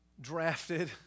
drafted